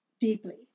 deeply